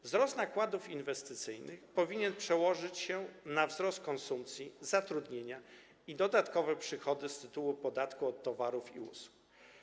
Wzrost nakładów inwestycyjnych powinien przełożyć się na wzrost konsumpcji, zatrudnienia i dodatkowe przychody z tytułu podatku od towarów i usług.